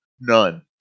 none